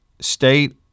State